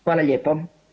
Hvala lijepo.